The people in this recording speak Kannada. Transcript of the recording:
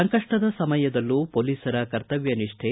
ಸಂಕಷ್ಟದ ಸಮಯದಲ್ಲೂ ಪೊಲೀಸರ ಕರ್ತವ್ಯ ನಿಷ್ಠೆ